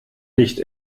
nicht